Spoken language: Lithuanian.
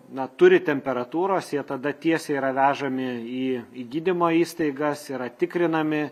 na turi temperatūros jie tada tiesiai yra vežami į į gydymo įstaigas yra tikrinami